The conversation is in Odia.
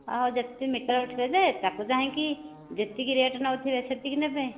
ହଁ ଯେତେ ମିଟର୍ ଉଠିବ ଯେ ତାକୁ ଚାହିଁକି ଯେତିକି ରେଟ୍ ନେଉଥିବେ ସେତିକି ନେବେ